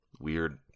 weird